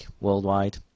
worldwide